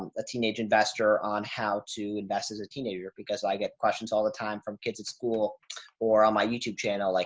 teenage investor on how to invest as a teenager because i get questions all the time from kids at school or on my youtube channel, like